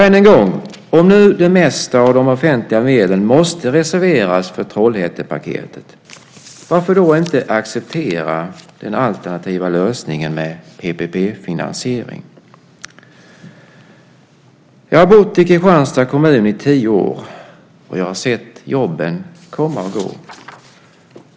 Än en gång, om nu det mesta av de offentliga medlen måste reserveras för Trollhättepaketet, varför då inte acceptera den alternativa lösningen med PPP-finansiering? Jag har bott i Kristianstads kommun i tio år, och jag har sett jobben komma och gå.